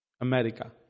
America